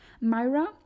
myra